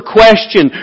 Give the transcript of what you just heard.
question